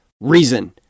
Reason